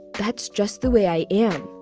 that's just the way i am.